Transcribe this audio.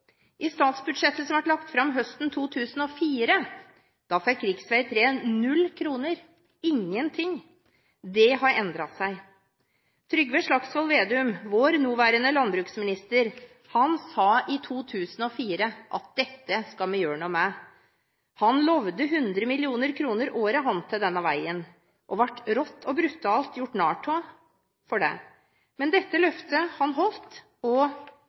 I statsbudsjettet som ble lagt fram høsten 2004, fikk rv. 3 null kroner – ingenting. Det har endret seg. Trygve Slagsvold Vedum, vår nåværende landbruksminister, sa i 2004 at dette skal vi gjøre noe med. Han lovet 100 mill. kr året til denne veien og ble gjort rått og brutalt narr av for det. Men dette løftet har han holdt, og